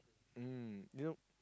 mm you know